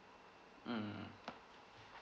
mm